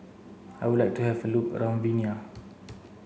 I would like to have a look around Vienna